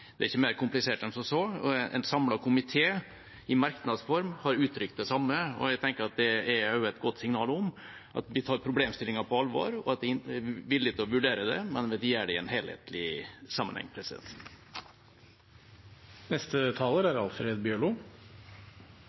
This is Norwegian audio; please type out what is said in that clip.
Det er ikke mer komplisert enn som så. En samlet komité har i merknadsform uttrykt det samme. Det er også et godt signal om at vi tar problemstillingen på alvor, og at vi er villige til å vurdere det, men at vi vil gjøre det i en helhetlig sammenheng.